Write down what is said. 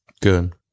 Good